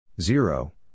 Zero